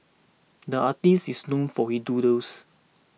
the artist is known for his doodles